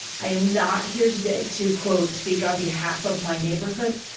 i am not here today to quote speak on behalf of my neighborhood.